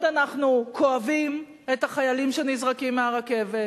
אנחנו כואבים את החיילים שנזרקים מהרכבת